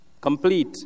Complete